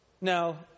Now